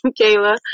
Kayla